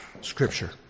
Scripture